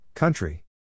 Country